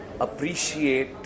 appreciate